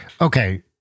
Okay